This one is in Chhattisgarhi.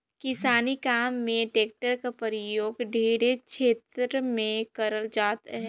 किसानी काम मे टेक्टर कर परियोग ढेरे छेतर मे करल जात अहे